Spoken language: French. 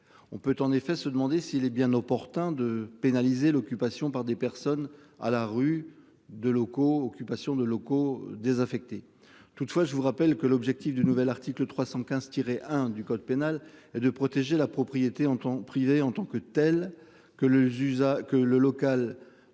On peut en effet se demander s'il est bien opportun de pénaliser l'occupation par des personnes à la rue de locaux occupations de locaux désaffectés. Toutefois, je vous rappelle que l'objectif du nouvel article 315 tirer 1 du code pénal et de protéger la propriété en privé en tant que tels que le juge